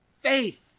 faith